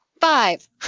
five